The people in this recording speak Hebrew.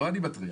לא אני מתריע.